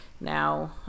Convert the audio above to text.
now